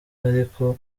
ariko